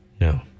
No